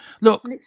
Look